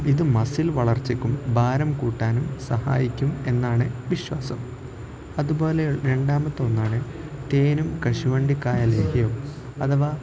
ഇത് മസിൽ വളർച്ചയ്ക്കും ഭാരം കൂട്ടാനും സഹായിക്കുമെന്നാണ് വിശ്വാസം അതുപോലെ രണ്ടാമത്തെയൊന്നാണ് തേനും കശുവണ്ടിക്കായ ലേഹ്യവും അഥവാ